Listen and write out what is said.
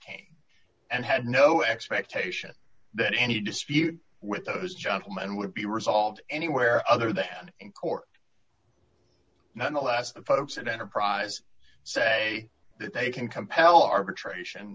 cain and had no expectation that any dispute with those gentlemen would be resolved anywhere other than in court nonetheless the folks at enterprise say that they can compel arbitration